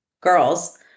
girls